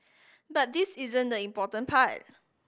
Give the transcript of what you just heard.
but this isn't the important part